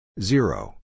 Zero